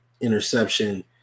interception